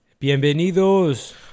bienvenidos